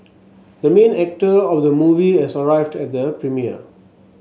the main actor of the movie has arrived at the premiere